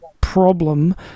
problem